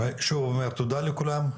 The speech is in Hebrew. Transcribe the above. אני שוב אומר תודה לכולם,